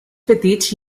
petits